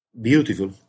beautiful